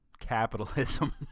Capitalism